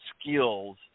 skills